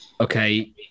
Okay